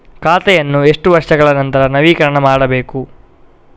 ಖಾತೆಯನ್ನು ಎಷ್ಟು ವರ್ಷಗಳ ನಂತರ ನವೀಕರಣ ಮಾಡಬೇಕು?